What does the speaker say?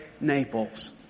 Naples